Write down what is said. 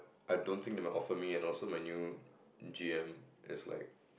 I don't think it will offer me and also my new G_M is like